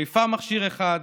חיפה, מכשיר אחד,